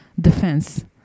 defense